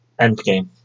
Endgame